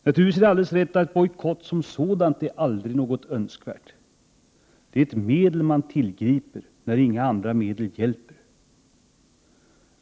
Naturligtvis är det alldeles rätt att bojkott som sådan aldrig är något önskvärt. Den är ett medel man tillgriper när inga andra medel hjälper.